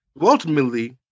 Ultimately